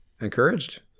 Encouraged